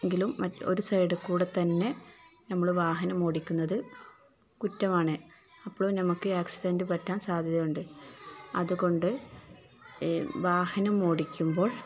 എങ്കിലും മറ്റ് ഒരു സൈഡില്ക്കൂടെ തന്നെ നമ്മള് വാഹനം ഓടിക്കുന്നതു കുറ്റമാണ് അപ്പോഴും നമുക്ക് ആക്സിഡന്റ് പറ്റാൻ സാധ്യതയുണ്ട് അതുകൊണ്ട് വാഹനം ഓടിക്കുമ്പോൾ